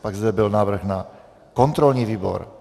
Pak zde byl návrh na kontrolní výbor.